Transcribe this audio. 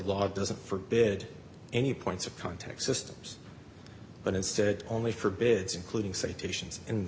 doesn't forbid any points of contact systems but instead only forbids including citations in